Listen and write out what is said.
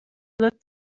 looked